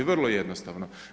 Vrlo jednostavno.